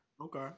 Okay